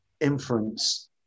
inference